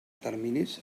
terminis